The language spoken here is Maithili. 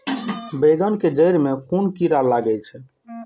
बेंगन के जेड़ में कुन कीरा लागे छै?